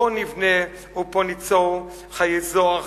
פה נבנה ופה ניצור חיי זוהר,